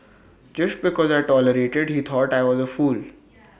just because I tolerated he thought I was A fool